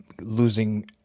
losing